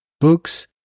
books